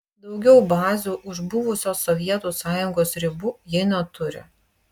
daugiau bazių už buvusios sovietų sąjungos ribų ji neturi